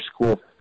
school